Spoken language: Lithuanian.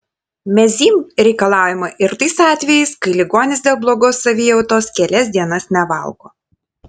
mezym reikalaujama ir tais atvejais kai ligonis dėl blogos savijautos kelias dienas nevalgo